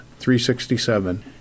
367